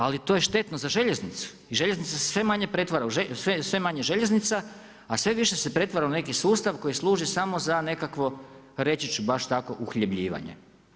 Ali to je štetno za željeznicu i željeznica se sve manje pretvara, sve je manje željeznica a sve više se pretvara u neki sustav koji služi samo za nekakvo reći ću baš tako, uhljebljivanje.